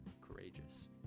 Courageous